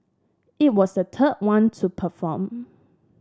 it was the third one to perform